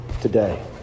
today